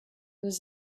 was